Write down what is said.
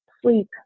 sleep